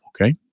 okay